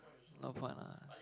no point lah